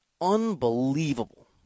unbelievable